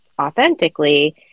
Authentically